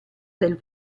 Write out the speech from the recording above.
del